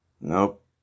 nope